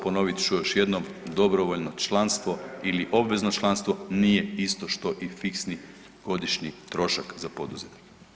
Ponovit ću još jednom dobrovoljno članstvo ili obvezno članstvo nije isto što i fiksni godišnji trošak za poduzetnike.